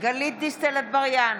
גלית דיסטל אטבריאן,